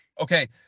Okay